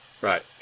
Right